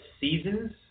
seasons